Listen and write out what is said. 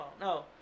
No